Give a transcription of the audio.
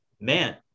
Man